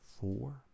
four